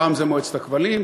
פעם זו מועצת הכבלים,